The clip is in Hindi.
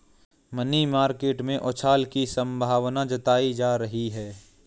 मनी मार्केट में उछाल की संभावना जताई जा रही है